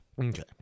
Okay